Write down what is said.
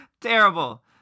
Terrible